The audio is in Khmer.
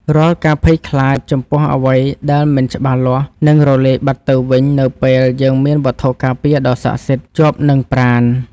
រាល់ការភ័យខ្លាចចំពោះអ្វីដែលមិនច្បាស់លាស់នឹងរលាយបាត់ទៅវិញនៅពេលយើងមានវត្ថុការពារដ៏ស័ក្តិសិទ្ធិជាប់នឹងប្រាណ។